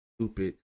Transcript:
stupid